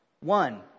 One